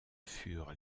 furent